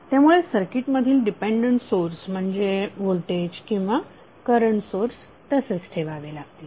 त्यामुळे सर्किट मधील dependent source म्हणजे व्होल्टेज किंवा करंट सोर्स तसेच ठेवावे लागतील